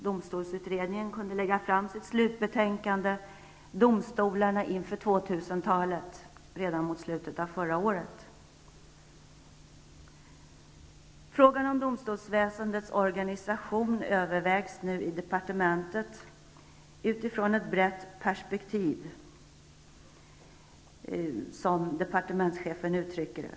Domstolsutredningen kunde alltså lägga fram sitt slutbetänkande, Domstolarna inför 2000-talet, redan framåt slutet av förra året. Frågan om domstolsväsendets organisation övervägs nu i departementet från ett brett perspektiv, som departementschefen uttrycker det.